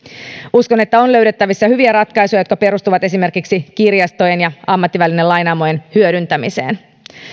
uskon että on löydettävissä hyviä ratkaisuja jotka perustuvat esimerkiksi kirjastojen ja ammattivälinelainaamojen hyödyntämiseen